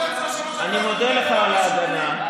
אני מודה לך על ההגנה,